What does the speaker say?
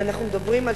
ואנחנו מדברים על